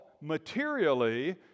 materially